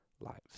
lives